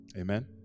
Amen